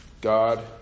god